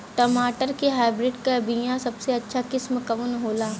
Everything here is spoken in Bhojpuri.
टमाटर के हाइब्रिड क बीया सबसे अच्छा किस्म कवन होला?